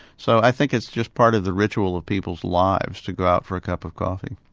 so i think it's just part of the ritual of people's lives to go out for a cup of coffee.